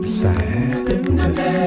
sadness